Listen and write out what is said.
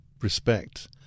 respect